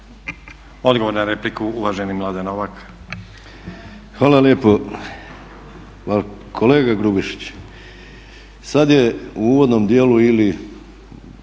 Odgovor na repliku, uvaženi Mladen Novak.